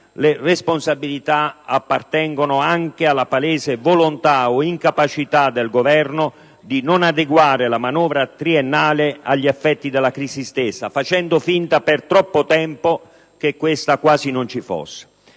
le responsabilità appartengono anche alla palese volontà o incapacità del Governo di non adeguare la manovra triennale agli effetti della crisi stessa, facendo finta per troppo tempo che questa quasi non ci fosse.